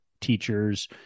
teachers